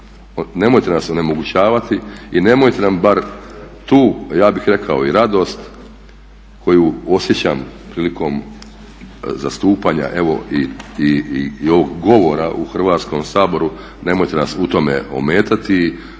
nemojte nas onemogućavati i nemojte nam bar tu ja bih rekao i radost koju osjećam prilikom zastupanja evo i ovog govora u Hrvatskom saboru nemojte